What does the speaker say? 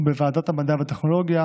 בוועדת המדע והטכנולוגיה